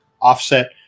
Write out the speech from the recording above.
offset